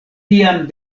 tiam